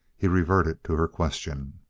he reverted to her question.